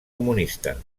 comunista